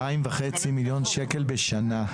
2.5 מיליון שקלים בשנה.